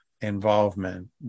involvement